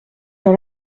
dans